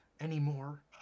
anymore